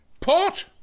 Port